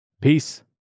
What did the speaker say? Peace